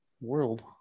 world